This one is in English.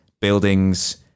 buildings